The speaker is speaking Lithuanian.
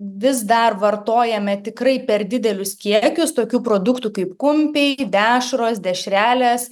vis dar vartojame tikrai per didelius kiekius tokių produktų kaip kumpiai dešros dešrelės